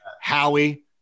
Howie